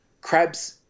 crab's